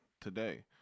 today